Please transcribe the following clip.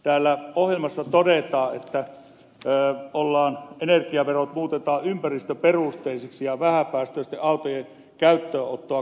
täällä ohjelmassa todetaan että energiaverot muutetaan ympäristöperusteisiksi ja vähäpäästöisten autojen käyttöönottoon kannustetaan